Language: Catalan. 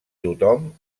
tothom